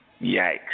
Yikes